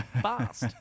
fast